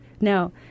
Now